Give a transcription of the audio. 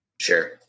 sure